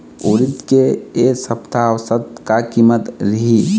उरीद के ए सप्ता औसत का कीमत रिही?